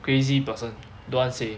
crazy person don't want say